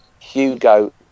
Hugo